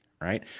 right